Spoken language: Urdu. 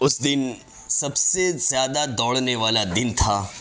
اس دن سب سے زیادہ دوڑنے والا دن تھا